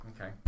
Okay